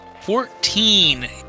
Fourteen